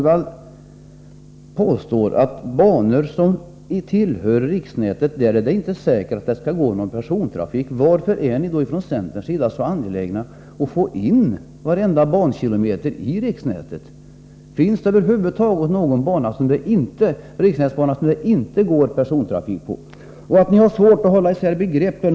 Han påstår att det inte är säkert att det skall gå persontrafik på banor som tillhör riksnätet. Men varför är ni då från centern så angelägna om att få in varenda bankilometer i riksnätet? Finns det över huvud taget någon riksnätsbana som det inte går persontrafik på? Ni har svårt att hålla isär begreppen.